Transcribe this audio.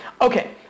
okay